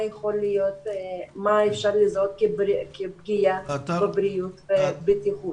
מה אפשר לזהות כפגיעה בבטיחות.